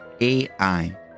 AI